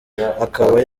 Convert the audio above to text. akaba